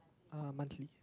uh monthly